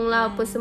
mm